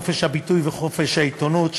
חופש הביטוי וחופש העיתונות),